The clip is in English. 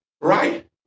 Right